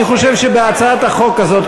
אני חושב שבהצעת החוק הזאת,